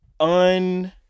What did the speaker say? un